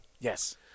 Yes